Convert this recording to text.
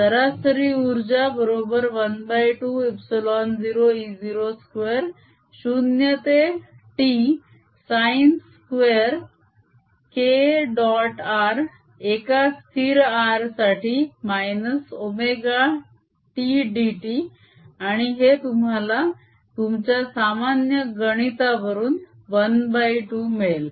सरासरी उर्जा बरोबर ½ ε0 e02 0 ते t sin2 k dot r एका स्थिर r साठी -ωtdt आणि हे तुम्हाला तुमच्या सामान्य गणितावरून ½ मिळेल